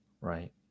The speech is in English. right